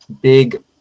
big